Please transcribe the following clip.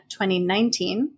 2019